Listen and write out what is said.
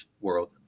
World